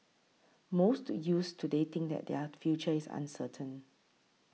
most youths today think that their future is uncertain